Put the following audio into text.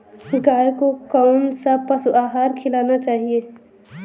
गाय को कौन सा पशु आहार खिलाना चाहिए?